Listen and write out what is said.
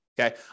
Okay